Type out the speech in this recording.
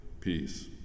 peace